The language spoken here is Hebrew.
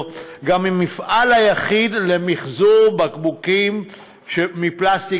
גם המפעל היחיד למחזור בקבוקים מפלסטיק,